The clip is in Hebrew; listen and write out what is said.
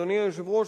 אדוני היושב-ראש,